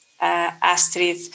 Astrid